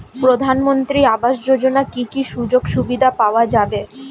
প্রধানমন্ত্রী আবাস যোজনা কি কি সুযোগ সুবিধা পাওয়া যাবে?